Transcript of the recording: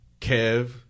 Kev